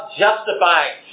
justifying